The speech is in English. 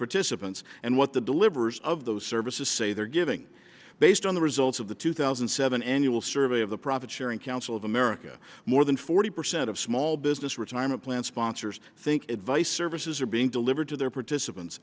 participants and what the delivers of those services say they're giving based on the results of the two thousand and seven annual survey of the profit sharing council of america more than forty percent of small business retirement plan sponsors think advice services are being delivered to their participants